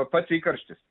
pats įkarštis